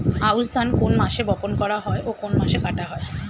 আউস ধান কোন মাসে বপন করা হয় ও কোন মাসে কাটা হয়?